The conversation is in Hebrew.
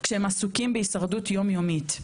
כשהם עסוקים בהישרדות יום יומית.